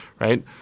right